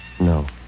No